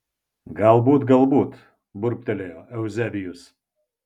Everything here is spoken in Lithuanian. galbūt galbūt burbtelėjo euzebijus